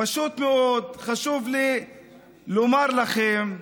פשוט מאוד, חשוב לי לומר לכם,